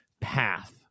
path